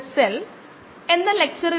1 എന്നിവ നൽകി